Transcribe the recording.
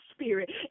Spirit